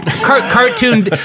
Cartoon